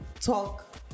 talk